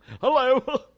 Hello